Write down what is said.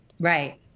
Right